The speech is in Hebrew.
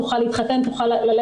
תוכל להתחתן,